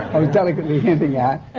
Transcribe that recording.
i was delicately hinting at